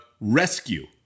rescue